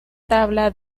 tabla